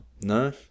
No